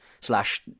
slash